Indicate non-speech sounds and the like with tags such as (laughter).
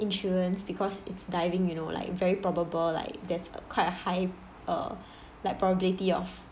insurance because it's diving you know like very probable like that's uh quite high uh (breath) like probability of